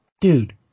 dude